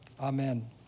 Amen